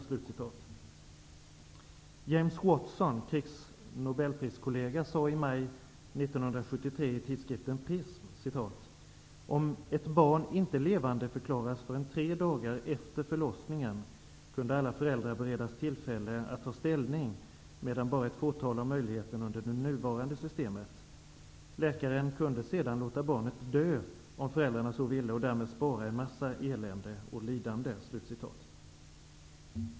James Watson, Cricks nobelpriskollega, sade i maj 1973 i tidskriften Prism: ''Om ett barn inte levandeförklaras förrän tre dagar efter förlossningen kunde alla föräldrar beredas tillfälle att ta ställning, medan bara ett fåtal har möjligheten under det nuvarande systemet. Läkaren kunde sedan låta barnet dö om föräldrarna så ville och därmed spara en massa elände och lidande.''